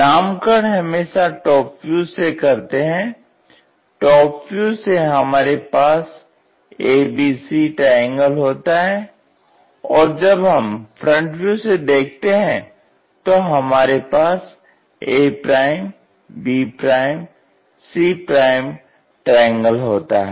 नामकरण हमेशा top view से करते है टॉप व्यू से हमारे पास a b c ट्रायंगल होता है और जब हम फ्रंट व्यू से देखते है तो हमारे पास a b c ट्रायंगल होता है